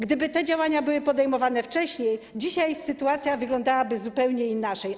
Gdyby te działania były podejmowane wcześniej, dzisiaj sytuacja wyglądałaby zupełnie inaczej.